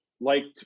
liked